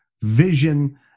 vision